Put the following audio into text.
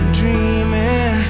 dreaming